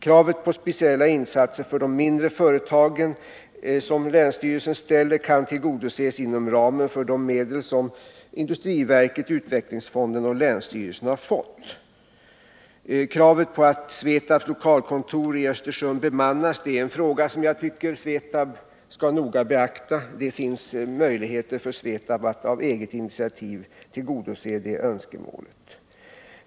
Kravet på speciella insatser för de mindre företagen, som länsstyrelsen ställer, kan tillgodoses inom ramen för de medel som industriverket, utvecklingsfonden och länsstyrelsen har fått. Kravet på att SVETAB:s lokalkontor i Östersund skall bemannas är något som jag tycker SVETAB skall noga beakta. Det finns möjligheter för SVETAB att av eget initiativ tillgodose det önskemålet.